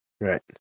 right